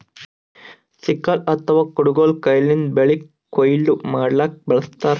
sickle ಅಥವಾ ಕುಡಗೊಲ್ ಕೈಯಿಂದ್ ಬೆಳಿ ಕೊಯ್ಲಿ ಮಾಡ್ಲಕ್ಕ್ ಬಳಸ್ತಾರ್